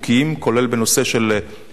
כולל בנושא של פרוליפרציה,